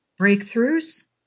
breakthroughs